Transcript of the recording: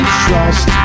trust